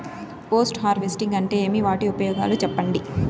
Post harvesting అంటే ఏమి? వాటి ఉపయోగాలు చెప్పండి?